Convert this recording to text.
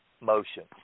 motion